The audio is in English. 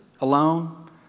alone